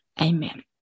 Amen